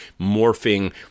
morphing